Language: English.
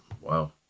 Wow